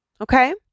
Okay